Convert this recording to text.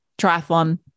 triathlon